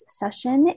session